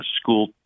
school